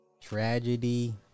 Tragedy